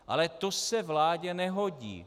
Ale to se vládě nehodí.